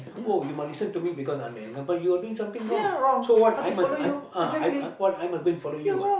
oh you must listen to me because I'm the younger but you're doing something wrong so what I must I uh I I what I must go and follow you ah